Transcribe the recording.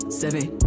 seven